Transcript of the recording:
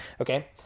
Okay